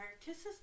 Kisses